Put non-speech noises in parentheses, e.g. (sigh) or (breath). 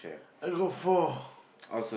I got four (breath)